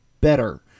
better